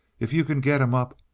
if you can get him up,